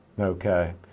Okay